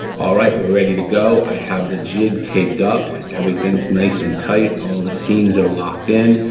all right, we're ready to go, i have the jig taped up, everything is nice and tight, all the seams are locked in,